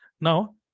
Now